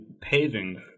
paving